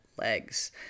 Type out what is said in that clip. legs